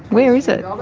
where is it,